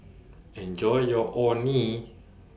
Enjoy your Orh Nee